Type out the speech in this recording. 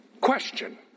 Question